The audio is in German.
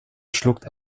schluckt